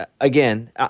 again